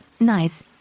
Nice